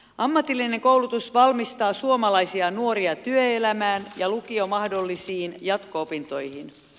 ammatillinen koulutus valmistaa suomalaisia nuoria työelämään ja lukio mahdollisiin jatko opintoihin